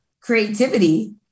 creativity